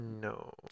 no